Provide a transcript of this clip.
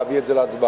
להביא את זה להצבעה.